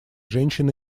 женщин